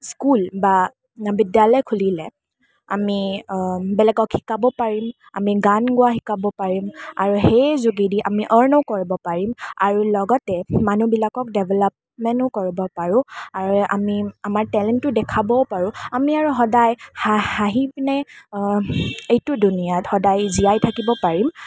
school বা বিদ্যালয় খুলিলে আমি বেলেগক শিকাব পাৰিম আমি গান গোৱা শিকাব পাৰিম আৰু সেই যোগেদি আমি আৰ্ণো কৰিব পাৰিম আৰু লগতে মানুহবিলাকক ডেভেলপমেণ্টো কৰিব পাৰোঁ আৰু আমি আমাৰ টেলেণ্টো দেখাবও পাৰোঁ আমি আৰু সদায় হাঁহি পিনে এইটো দুনীয়াত সদায় জীয়াই থাকিব পাৰিম